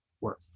work